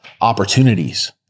opportunities